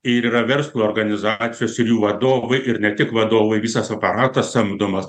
ir yra verslo organizacijos ir jų vadovai ir ne tik vadovai visas aparatas samdomas